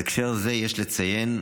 בהקשר זה יש לציין,